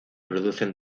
producen